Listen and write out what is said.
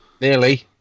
Nearly